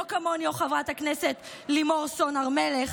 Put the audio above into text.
לא כמוני או חברת הכנסת לימור סון הר מלך,